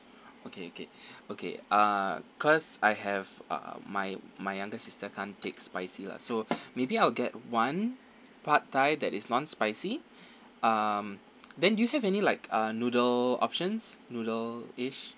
okay okay okay uh cause I have uh my my younger sister can't take spicy lah so maybe I'll get one pad thai that is non spicy um then do you have any like uh noodle options noodle ish